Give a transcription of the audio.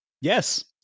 Yes